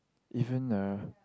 even uh